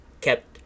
kept